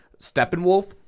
Steppenwolf